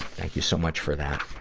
thank you so much for that.